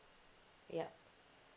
ya